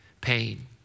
pain